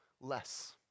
less